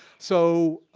so,